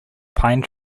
pine